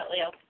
Leo